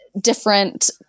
different